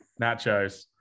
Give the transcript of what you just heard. Nachos